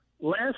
last